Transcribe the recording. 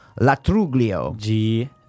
Latruglio